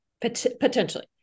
potentially